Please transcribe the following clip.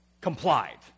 complied